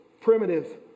primitive